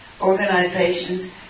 organizations